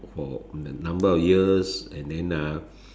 for a number of years and then ah